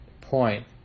point